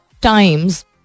times